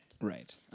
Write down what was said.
Right